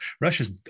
Russia's